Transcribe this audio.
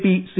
P C